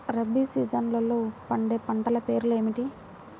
రబీ సీజన్లో పండే పంటల పేర్లు ఏమిటి?